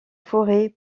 forêt